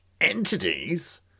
entities